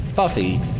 Buffy